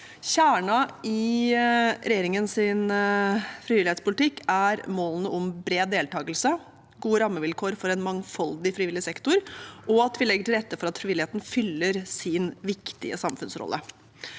Kjernen i regjeringens frivillighetspolitikk er målene om bred deltagelse, gode rammevilkår for en mangfoldig frivillig sektor og at vi legger til rette for at frivilligheten fyller sin viktige samfunnsrolle.